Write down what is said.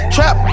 Trap